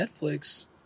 Netflix